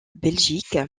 belgique